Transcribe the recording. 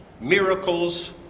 Miracles